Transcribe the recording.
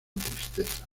tristeza